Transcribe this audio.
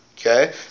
Okay